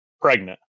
pregnant